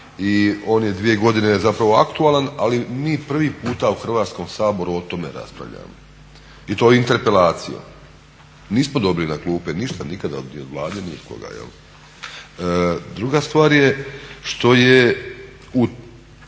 i on je dvije godine aktualan, ali mi prvi puta u Saboru o tome raspravljamo i to interpelacijom. Nismo dobili nikada ništa ni od Vlade ni od koga. Druga stvar je što je u